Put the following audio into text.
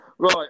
Right